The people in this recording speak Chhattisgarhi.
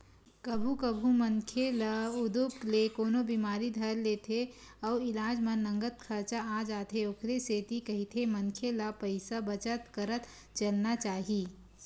कभू कभू मनखे ल उदुप ले कोनो बिमारी धर लेथे अउ इलाज म नँगत खरचा आ जाथे ओखरे सेती कहिथे मनखे ल पइसा बचत करत चलना चाही